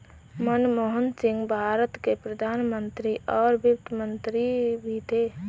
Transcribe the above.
मनमोहन सिंह भारत के प्रधान मंत्री और वित्त मंत्री भी थे